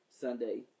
Sunday